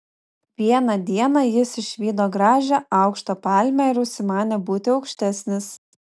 vieną dieną jis išvydo gražią aukštą palmę ir užsimanė būti aukštesnis